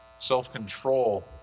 Self-control